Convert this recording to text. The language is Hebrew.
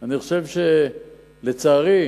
אני חושב, לצערי,